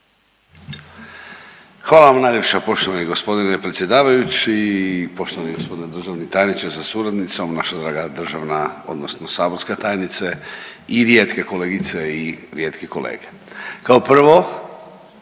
Hvala vam najljepša poštovani g. predsjedavajući i poštovani g. državni tajniče sa suradnicom, naša draga državna odnosno saborska tajnice i rijetke kolegice i rijetke kolege. Kao prvo